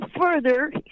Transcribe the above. further